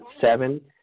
seven